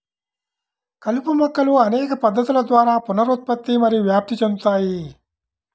కలుపు మొక్కలు అనేక పద్ధతుల ద్వారా పునరుత్పత్తి మరియు వ్యాప్తి చెందుతాయి